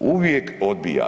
uvijek odbija.